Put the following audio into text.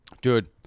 Dude